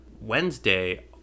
wednesday